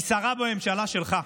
היא שרה בממשלה שלך.